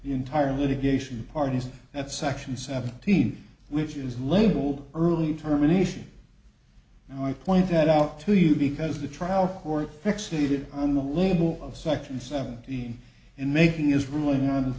the entire litigation parties at section seventeen which is labeled early termination and i point that out to you because the trial court fixated on the label of section seventeen and making is ruling on